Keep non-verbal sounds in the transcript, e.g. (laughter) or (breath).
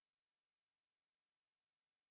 okay okay bye bye (breath)